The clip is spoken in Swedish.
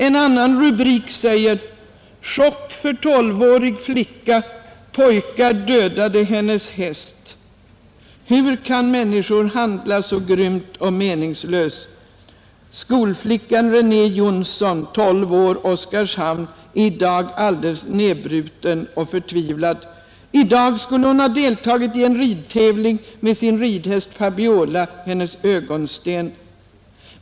En annan rubrik säger: ”Chock för 12-årig flicka: Pojkar dödade hennes häst. Hur kan människor handla så grymt och meningslöst ——— skolflickan René Jonsson, 12, Oskarshamn, är i dag alldeles nedbruten och förtvivlad. I dag skulle hon ha deltagit i en ridtävling med sin ridhäst Fabiola, ——— hennes ögonsten.